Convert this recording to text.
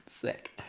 Sick